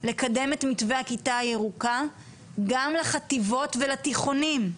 לקדם את מתווה הכיתה הירוקה גם לחטיבות הביניים ולבתי הספר התיכוניים.